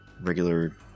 regular